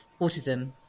autism